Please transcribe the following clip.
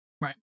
Right